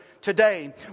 today